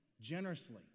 generously